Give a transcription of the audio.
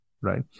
right